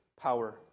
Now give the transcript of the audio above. power